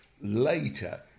Later